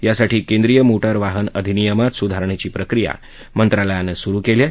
यासाठी केंद्रीय मोटार वाहन अधिनियमात सुधारणेची प्रक्रिया मंत्रालयानं सुरू केली आहे